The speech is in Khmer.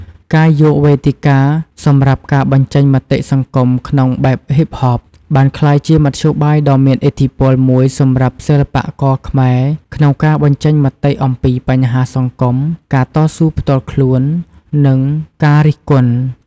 ការយកវេទិកាសម្រាប់ការបញ្ចេញមតិសង្គមក្នុងបែបហ៊ីបហប បានក្លាយជាមធ្យោបាយដ៏មានឥទ្ធិពលមួយសម្រាប់សិល្បករខ្មែរក្នុងការបញ្ចេញមតិអំពីបញ្ហាសង្គម ការតស៊ូផ្ទាល់ខ្លួន និងការរិះគន់។